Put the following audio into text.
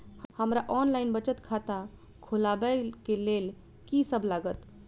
हमरा ऑनलाइन बचत खाता खोलाबै केँ लेल की सब लागत?